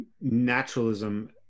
naturalism